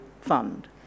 fund